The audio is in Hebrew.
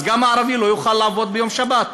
אז גם הערבי לא יוכל לעבוד ביום שבת.